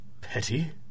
Petty